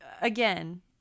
again